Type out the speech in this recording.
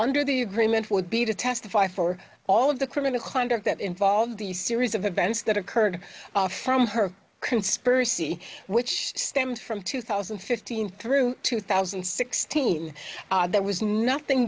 under the agreement would be to testify for all of the criminal conduct that involved the series of events that occurred from her conspiracy which stems from two thousand and fifteen through two thousand and sixteen there was nothing